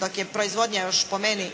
dok je proizvodnja još po meni